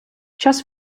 час